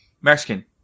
Mexican